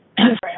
Sorry